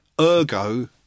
ergo